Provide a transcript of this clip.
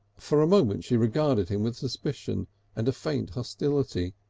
for a moment she regarded him with suspicion and a faint hostility,